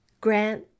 Grant